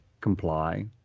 comply